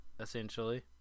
essentially